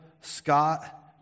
Scott